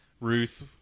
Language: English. Ruth